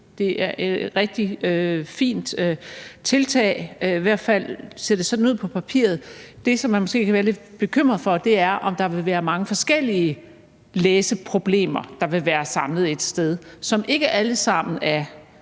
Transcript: Det er et rigtig fint tiltag – det ser i hvert fald sådan ud på papiret – men det, man måske kan være lidt bekymret for, er, at der vil være elever med mange forskellige læseproblemer, der vil være samlet et sted, læseproblemer,